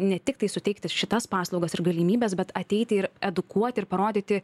ne tiktai suteikti šitas paslaugas ir galimybes bet ateiti ir edukuoti ir parodyti